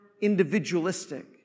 individualistic